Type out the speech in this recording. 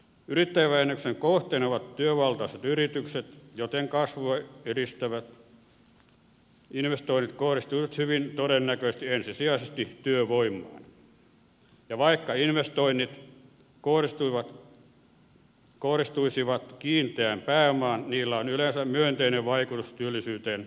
yrittäjävähennyksen kohteena ovat työvaltaiset yritykset joten kasvua edistävät investoinnit kohdistuisivat hyvin todennäköisesti ensisijaisesti työvoimaan ja vaikka investoinnit kohdistuisivat kiinteään pääomaan niillä on yleensä myönteinen vaikutus työllisyyteen pidemmällä aikavälillä